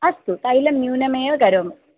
अस्तु तैलं न्यूनमेव करोमि